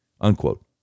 unquote